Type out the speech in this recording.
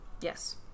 Yes